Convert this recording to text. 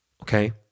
Okay